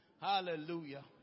Hallelujah